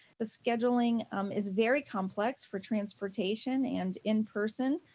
the scheduling is very complex for transportation and in-person,